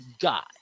God